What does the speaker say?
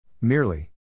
Merely